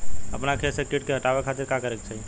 अपना खेत से कीट के हतावे खातिर का करे के चाही?